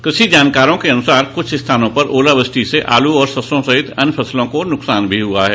कृषि जानकारों के अनुसार कुछ स्थानों पर ओलावृष्टि से आलू और सरसों सहित अन्य फसलों को नुकसान भी हुआ है